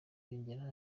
yongeyeho